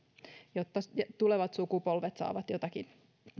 jotta tulevat sukupolvet saavat jotakin